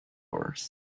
worse